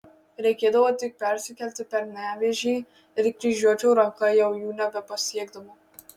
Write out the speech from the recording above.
reikėdavo tik persikelti per nevėžį ir kryžiuočio ranka jau jų nebepasiekdavo